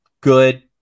Good